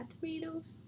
tomatoes